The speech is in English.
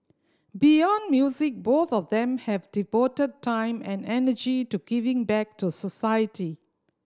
beyond music both of them have devoted time and energy to giving back to society